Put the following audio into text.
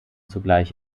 zugleich